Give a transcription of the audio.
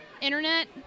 Internet